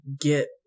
get